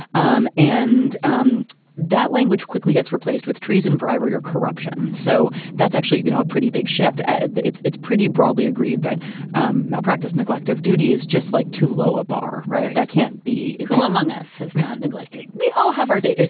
um and um that language quickly gets replaced with treason, bribery or corruption. so that's actually you know a pretty big shift. and it's it's pretty broadly agreed that um malpractice neglect of duty is just like too low a bar, right? that can't be. be. who among us has not neglected? we all have our day.